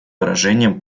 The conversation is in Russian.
выражением